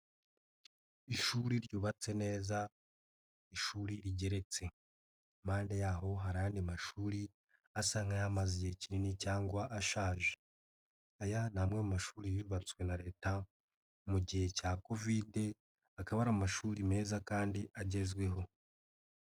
Ishuri ryubatse neza ishuri rigeretse, impande y'aho hari ayandi mashuri asa nk'ayamaze igihe kinini cyangwa ashaje, aya ni amwe mu mashuri yubatswe na Leta mu gihe cya Kovide, akaba ari amashuri meza kandi agezweho.